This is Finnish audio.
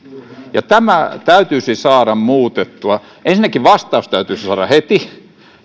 tämä täytyisi saada muutettua ensinnäkin vastaus täytyisi saada heti